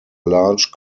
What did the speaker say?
large